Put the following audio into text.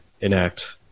enact